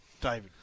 David